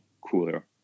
cooler